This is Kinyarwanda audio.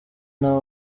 nawe